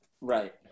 Right